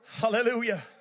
Hallelujah